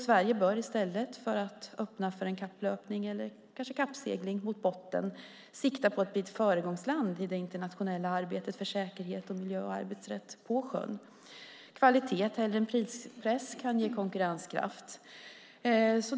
Sverige bör i stället för att öppna för en kapplöpning eller kanske kappsegling mot botten sikta på att bli ett föregångsland i det internationella arbetet för säkerhet, miljö och arbetsrätt på sjön. Kvalitet hellre än prispress kan ge konkurrenskraft.